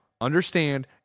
understand